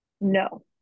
no